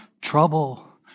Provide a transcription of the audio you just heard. trouble